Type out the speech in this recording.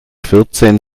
vierzehn